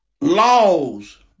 laws